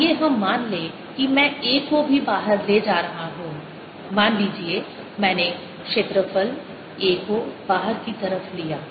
आइए हम मान लें कि मैं A को भी बाहर ले जा रहा हूं मान लीजिए मैंने क्षेत्रफल A को बाहर की तरफ लिया